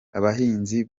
abahinzi